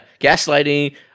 gaslighting